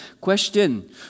Question